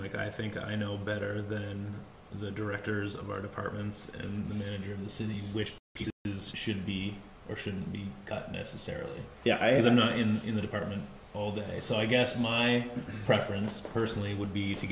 like i think i know better than the directors of our departments and here in the city which is should be or should be cut necessarily yeah i had an a in in the department all day so i guess my preference personally would be to